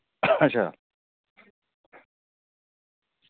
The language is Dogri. अच्छा